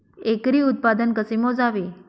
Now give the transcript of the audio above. एकरी उत्पादन कसे मोजावे?